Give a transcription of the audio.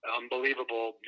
unbelievable